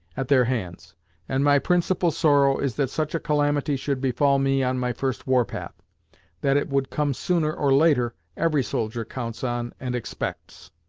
at their hands and my principal sorrow is that such a calamity should befall me on my first warpath that it would come sooner or later, every soldier counts on and expects.